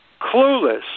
Clueless